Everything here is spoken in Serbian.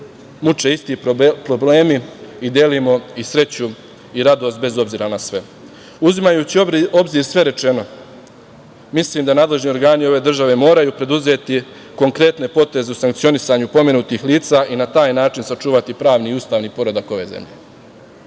muče isti problemi i delimo sreću i radost bez obzira na sve. Uzimajući u obzir sve rečeno, mislim da nadležni organi ove države moraju preduzeti konkretne poteze u sankcionisanju pomenutih lica i na taj način sačuvati pravni i ustavni poredak ove zemlje. Na